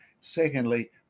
Secondly